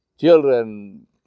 children